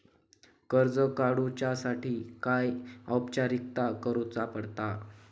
कर्ज काडुच्यासाठी काय औपचारिकता करुचा पडता?